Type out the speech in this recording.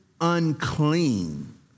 unclean